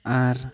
ᱟᱨ